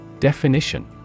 Definition